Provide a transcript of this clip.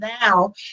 now